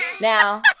Now